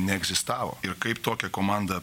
neegzistavo ir kaip tokią komandą